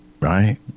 Right